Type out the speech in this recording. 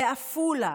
בעפולה,